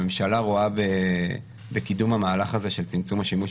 הממשלה רואה בקידום המהלך הזה של צמצום השימוש